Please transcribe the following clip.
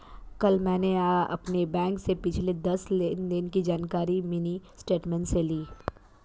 कल मैंने अपने बैंक से पिछले दस लेनदेन की जानकारी मिनी स्टेटमेंट से ली